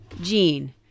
gene